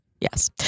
Yes